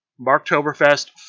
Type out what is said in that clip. Marktoberfest